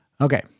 Okay